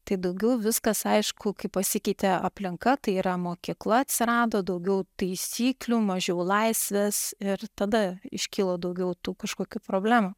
tai daugiau viskas aišku kai pasikeitė aplinka tai yra mokykla atsirado daugiau taisyklių mažiau laisvės ir tada iškilo daugiau tų kažkokių problemų